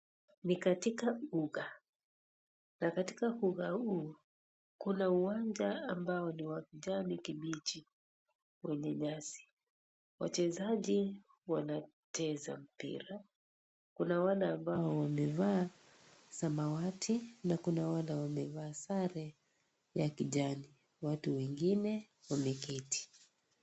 Ni katika uga, na katika uga huu kuna uwanja ambao ni wa kijani kibichi wenye nyasi, wachezaji wanacheza mpira, kuna wale ambao wamevaa samawati na kuna wale wamevaa sare ya kijani, watu wengine wameketi.